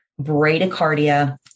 bradycardia